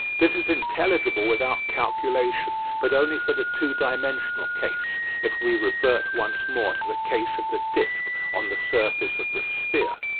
this is intelligible without calculation but only for the two-dimensional case if we revert once more to the case of the disc on the surface of the sphere.